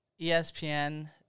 ESPN